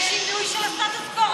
זה שינוי של הסטטוס קוו,